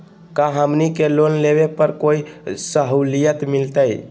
का हमनी के लोन लेने पर कोई साहुलियत मिलतइ?